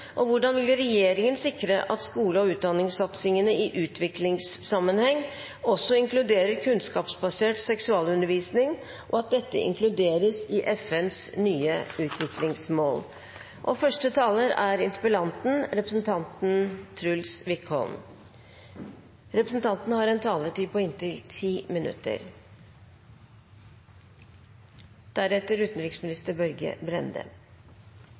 om hvordan regjeringen vil sikre at skole- og utdanningssatsingen i utviklingssammenheng også inkluderer kunnskapsbasert seksualundervisning, og at dette inkluderes i FNs nye utviklingsmål. Norge har i en